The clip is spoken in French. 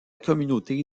communauté